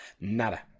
nada